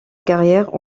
carrière